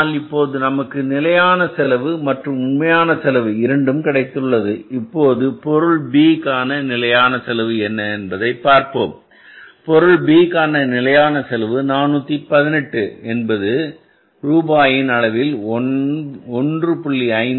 அதனால் இப்போது நமக்கு நிலையான செலவு மற்றும் உண்மையான செலவு இரண்டும் கிடைத்துள்ளது இப்போது பொருள் B கான நிலையான செலவு என்ன என்பதைப் பார்ப்போம் பொருள் B கான நிலையான செலவு 418 என்பது ரூபாயின் அளவில் 1